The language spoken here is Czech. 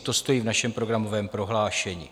To stojí v našem programovém prohlášení.